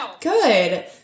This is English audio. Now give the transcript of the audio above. Good